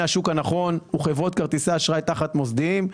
השוק הנכון הוא חברות כרטיסי אשראי תחת מוסדיים,